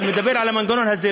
אבל אני מדבר על המנגנון הזה,